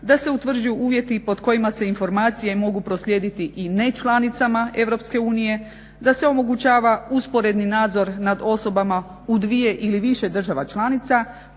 da se utvrđuju uvjeti pod kojima se informacije mogu proslijediti i nečlanicama EU, da se omogućava usporedni nadzor nad osobama u dvije ili više država članica